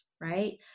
right